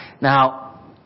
Now